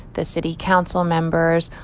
the city council members,